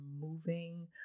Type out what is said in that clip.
moving